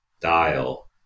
dial